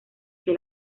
que